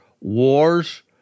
wars